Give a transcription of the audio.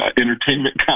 entertainment